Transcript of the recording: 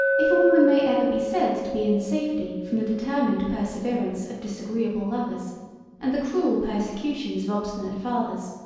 if a woman may ever be said to be in safety from the determined perseverance of disagreeable lovers and the cruel persecutions of obstinate fathers,